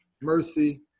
Mercy